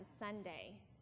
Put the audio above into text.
Sunday